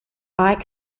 ike